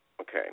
Okay